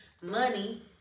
money